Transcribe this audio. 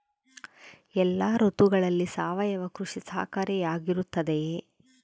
ಎಲ್ಲ ಋತುಗಳಲ್ಲಿ ಸಾವಯವ ಕೃಷಿ ಸಹಕಾರಿಯಾಗಿರುತ್ತದೆಯೇ?